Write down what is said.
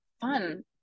fun